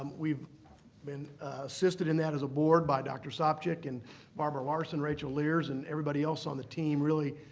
um we've been assisted in that as a board by dr. sopcich and barbara larson, rachel lierz, and everybody else on the team, really,